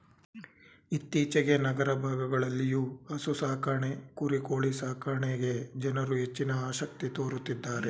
ಇತ್ತೀಚೆಗೆ ನಗರ ಭಾಗಗಳಲ್ಲಿಯೂ ಹಸು ಸಾಕಾಣೆ ಕುರಿ ಕೋಳಿ ಸಾಕಣೆಗೆ ಜನರು ಹೆಚ್ಚಿನ ಆಸಕ್ತಿ ತೋರುತ್ತಿದ್ದಾರೆ